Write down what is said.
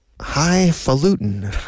highfalutin